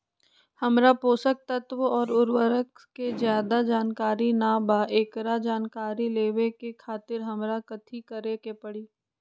हमरा पोषक तत्व और उर्वरक के ज्यादा जानकारी ना बा एकरा जानकारी लेवे के खातिर हमरा कथी करे के पड़ी?